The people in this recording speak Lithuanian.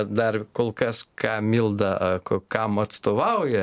dar kolkas ką milda kam atstovauja ar ne